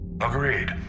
Agreed